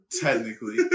Technically